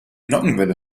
nockenwelle